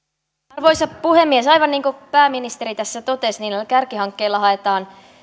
arvoisa puhemies aivan niin kuin pääministeri tässä totesi niin kärkihankkeilla haetaan